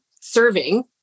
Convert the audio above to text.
serving